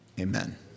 Amen